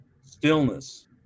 stillness